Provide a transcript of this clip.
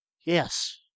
Yes